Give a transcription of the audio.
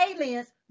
aliens